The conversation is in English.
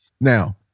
Now